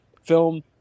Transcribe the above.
film